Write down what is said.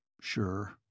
Sure